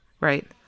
Right